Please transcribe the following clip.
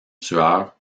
tueur